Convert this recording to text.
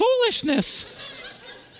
foolishness